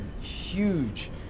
huge